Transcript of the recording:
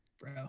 bro